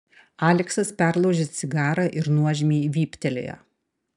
aleksas perlaužė cigarą ir nuožmiai vyptelėjo